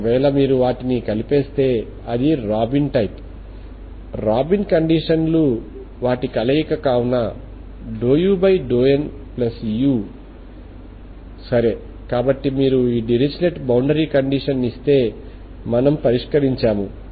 ఒకవేళ మీరు వాటిని కలిపేస్తే అది రాబిన్ టైప్ రాబిన్ కండిషన్లు వాటి కలయిక కావున ∂u∂nu సరే కాబట్టి మీరు ఈ డిరిచ్లెట్ బౌండరీ కండిషన్ ఇస్తే మనము పరిష్కరించాము